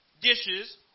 dishes